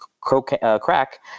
crack